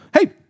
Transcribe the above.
hey